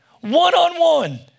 one-on-one